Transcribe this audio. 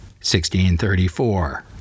1634